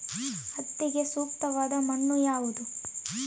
ಹತ್ತಿಗೆ ಸೂಕ್ತವಾದ ಮಣ್ಣು ಯಾವುದು?